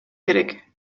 керек